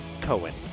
Cohen